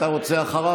אתה רוצה אחריו?